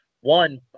one